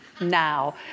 Now